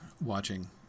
watching